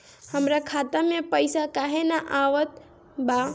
हमरा खाता में पइसा काहे ना आव ता?